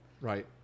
Right